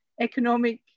economic